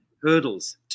hurdles